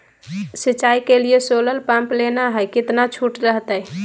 सिंचाई के लिए सोलर पंप लेना है कितना छुट रहतैय?